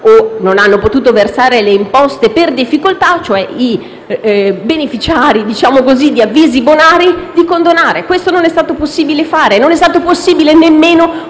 o non hanno potuto versare le imposte per difficoltà, cioè i beneficiari - diciamo così - di avvisi bonari, di condonare. Questo non è stato possibile farlo. Non è stato possibile nemmeno uniformare